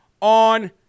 on